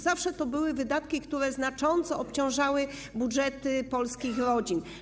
Zawsze to były wydatki, które znacząco obciążały budżety polskich rodzin.